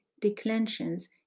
declensions